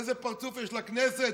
איזה פרצוף יש לכנסת?